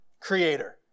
creator